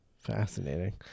Fascinating